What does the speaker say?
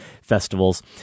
festivals